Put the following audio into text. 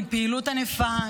עם פעילות ענפה,